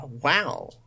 wow